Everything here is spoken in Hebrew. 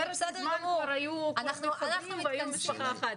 אחרת מזמן כבר היו כולם מתחברים והיינו משפחה אחת.